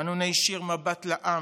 אנו נישיר מבט לעם,